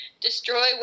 Destroy